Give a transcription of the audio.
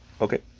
Okay